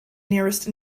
nearest